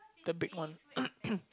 the big one